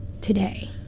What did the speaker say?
today